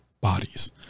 bodies